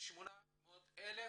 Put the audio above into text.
800,000